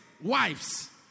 wives